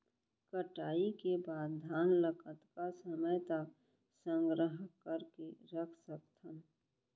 कटाई के बाद धान ला कतका समय तक संग्रह करके रख सकथन?